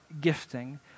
gifting